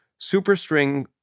superstring